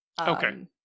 okay